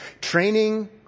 training